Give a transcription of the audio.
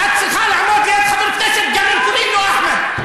את צריכה לעמוד ליד חבר כנסת גם אם קוראים לו אחמד.